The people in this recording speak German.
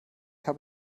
habe